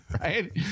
right